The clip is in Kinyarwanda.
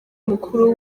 mukuru